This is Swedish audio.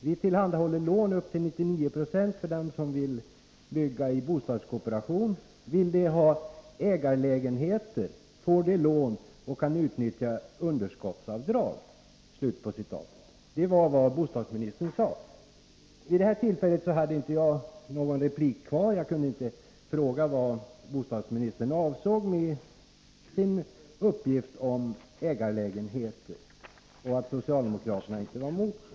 Vi tillhandahåller lån på upp till 99 96 för dem som vill bygga bostadskooperation. Vill de ha ägarlägenheter får de lån och kan utnyttja underskottsavdrag.” Vid det tillfället hade inte jag någon replik kvar. Jag kunde inte fråga vad bostadsministern avsåg med sin uppgift om ägarlägenheter och att socialdemokraterna inte var emot sådana.